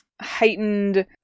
heightened